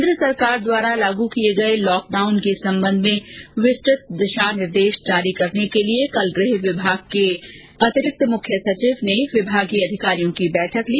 केन्द्र सरकार द्वारा लागू किये गये लॉकडाउन के संबंध में विस्तृत दिशा निर्देश जारी करने के लिए कल गृह विभाग के मुख्य सचिव ने विभागीय अधिकारियों की एक बैठक ली